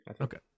Okay